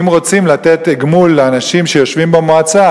אם רוצים לתת גמול לאנשים שיושבים במועצה,